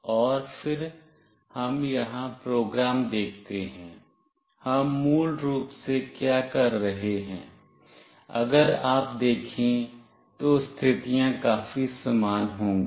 और फिर हम यहां प्रोग्राम देखते हैं हम मूल रूप से क्या कर रहे हैं अगर आप देखें तो स्थितियां काफी समान होंगी